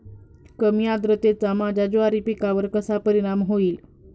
कमी आर्द्रतेचा माझ्या ज्वारी पिकावर कसा परिणाम होईल?